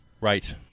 Right